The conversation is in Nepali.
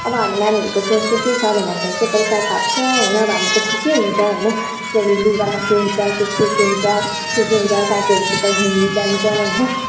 अब हामी नानीहरूको सोच चाहिँ के छ भन्दाखेरि चाहिँ पैसा थाप्छ होइन हामी त अब खुसी हुन्छ होइन त्यहाँदेखि लुगा किन्छ के के किन्छ खुसी हुन्छ साथीहरूसित घुम्नु जान्छ होइन